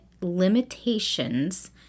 limitations